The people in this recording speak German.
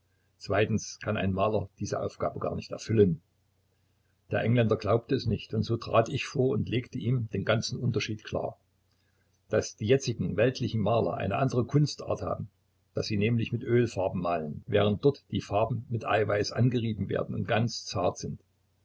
zweitens kann ein maler diese aufgabe gar nicht erfüllen der engländer glaubte es nicht und so trat ich vor und legte ihm den ganzen unterschied klar daß die jetzigen weltlichen maler eine andere kunstart haben daß sie nämlich mit ölfarben malen während dort die farben mit eiweiß angerieben werden und ganz zart sind